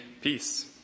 peace